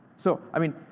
so i mean,